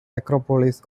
necropolis